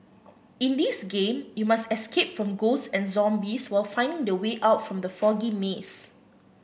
in this game you must escape from ghosts and zombies while finding the way out from the foggy maze